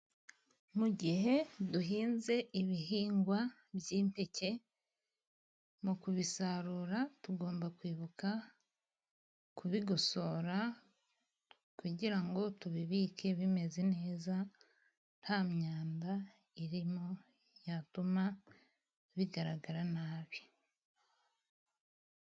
Mu gihe duhinze ibihingwa by'impeke mu kubisarura tugomba kwibuka kubigosora kugira ngo tubibike bimeze neza nta myanda irimo yatuma bigaragara nabi.